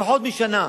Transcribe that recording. פחות משנה.